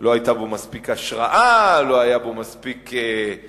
לא היתה בו מספיק השראה, לא היה בו מספיק פתוס.